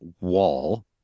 wall